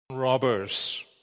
robbers